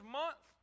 month